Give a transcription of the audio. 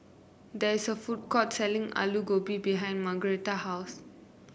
there is a food court selling Alu Gobi behind Margaretta's house